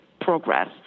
progress